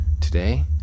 Today